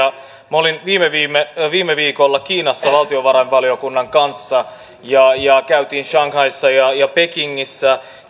olin viime viime viikolla kiinassa valtiovarainvaliokunnan kanssa kävimme shanghaissa ja pekingissä